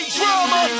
drama